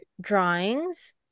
drawings